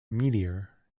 meteor